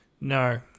No